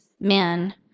men